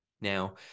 Now